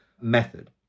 method